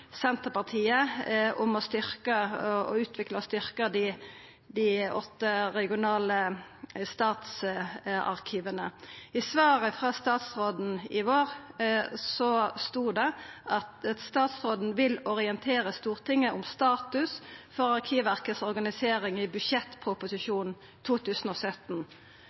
Senterpartiet om å utvikla og styrkja dei åtte regionale statsarkiva. I svaret frå statsråden i vår stod det at statsråden vil «i budsjettproposisjonen for 2017 orientere Stortinget om status for Arkivverkets organisering».